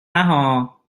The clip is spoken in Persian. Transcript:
نهها